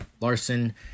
Larson